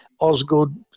Osgood